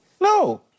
No